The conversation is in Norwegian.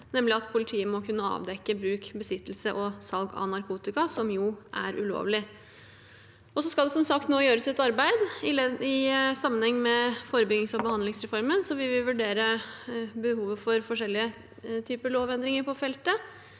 politiet må kunne avdekke bruk, besittelse og salg av narkotika, som jo er ulovlig. Nå skal det som sagt gjøres et arbeid, og i sammenheng med forebyggings- og behandlingsreformen vil vi vurdere behovet for forskjellige typer lovendringer på